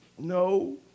No